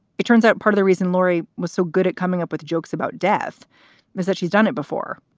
it turns out part of the reason laurie was so good at coming up with jokes about death is that she's done it before.